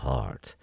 Heart